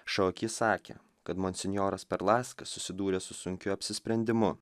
šoaki sakė kad monsinjoras perlaska susidūrė su sunkiu apsisprendimu